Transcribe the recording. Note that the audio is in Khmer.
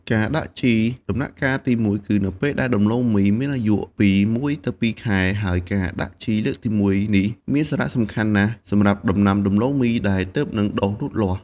ការដាក់ជីដំណាក់កាលទី១ គឺនៅពេលដែលដំឡូងមីមានអាយុពី ១ ទៅ ២ ខែ ហើយការដាក់ជីលើកទីមួយនេះមានសារៈសំខាន់ណាស់សម្រាប់ដំណាំដំឡូងមីដែលទើបនឹងដុះលូតលាស់។